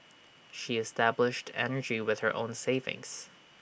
she established energy with her own savings